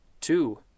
Two